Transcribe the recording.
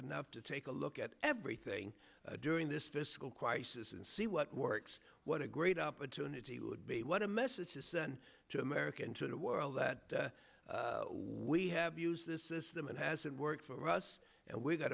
enough to take a look at everything during this fiscal crisis and see what works what a great opportunity would be what a message to send to america and to the world that we have used this system it hasn't worked for us and we've got